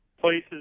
places